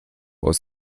aus